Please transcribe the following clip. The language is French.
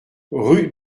rue